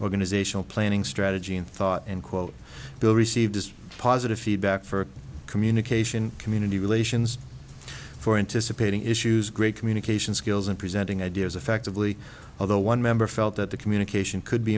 organizational planning strategy in thought and quote bill received positive feedback for communication community for intice a painting issues great communication skills and presenting ideas effectively although one member felt that the communication could be